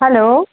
hello